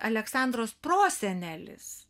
aleksandros prosenelis